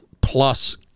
plus